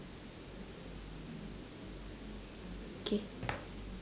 okay